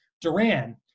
Duran